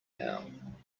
now